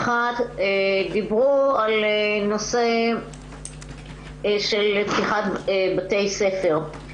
אחד, דיברו על נושא של פתיחת בתי ספר.